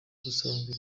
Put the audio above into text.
ubusanzwe